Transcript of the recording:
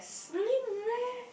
really meh